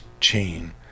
chain